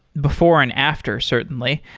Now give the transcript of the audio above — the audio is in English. before and after, certainly.